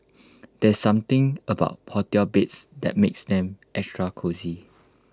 there's something about hotel beds that makes them extra cosy